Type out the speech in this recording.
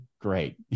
Great